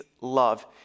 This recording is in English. love